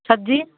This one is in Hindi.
सब्ज़ी